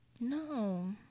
No